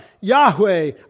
Yahweh